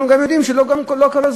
אנחנו גם יודעים שלא כל הזוגות